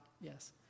Yes